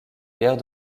guerres